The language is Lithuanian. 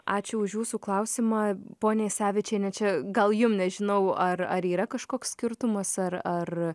ačiū už jūsų klausimą ponia jasevičiene čia gal jum nežinau ar ar yra kažkoks skirtumas ar ar